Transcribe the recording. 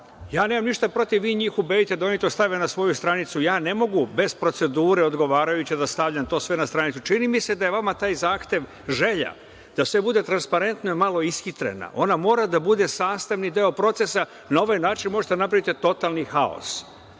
ništa protiv. Vi njih ubedite da oni to stave na svoju stranicu. Ja ne mogu bez procedure odgovarajuće da stavljam to sve na stranicu. Čini mi se da je vama taj zahtev želja da sve bude transparentno malo je ishitrena. Ona mora da bude sastavni deo procesa. Na ovaj način možete da napravite totalni haos,